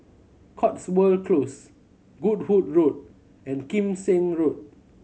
Cotswold Close Goodwood Road and Kim Seng Road